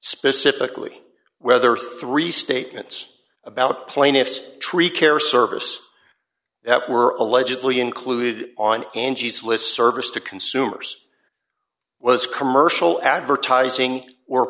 specifically whether three statements about plaintiff's tree care service that were allegedly included on angie's list service to consumers was commercial advertising or